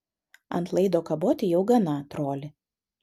ant laido kaboti jau gana troli